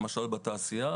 למשל בתעשייה,